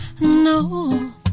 No